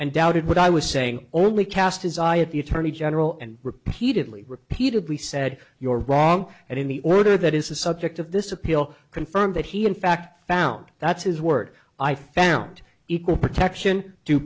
and doubted what i was saying only cast his eye at the attorney general and repeatedly repeatedly said you're wrong and in the order that is the subject of this appeal confirmed that he in fact found that's his word i found equal protection due